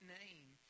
name